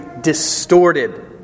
distorted